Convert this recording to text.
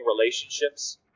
relationships